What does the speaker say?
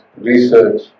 research